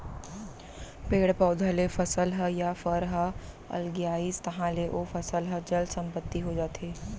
पेड़ पउधा ले फसल ह या फर ह अलगियाइस तहाँ ले ओ फसल ह चल संपत्ति हो जाथे